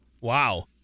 Wow